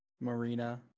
Marina